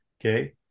Okay